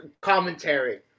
commentary